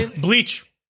Bleach